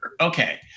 okay